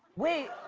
wait.